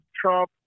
Trump